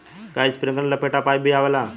का इस्प्रिंकलर लपेटा पाइप में भी आवेला?